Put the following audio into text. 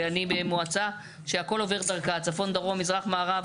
ואני במועצה שהכל עובר דרכה צפון דרום מזרח מערב,